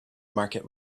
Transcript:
market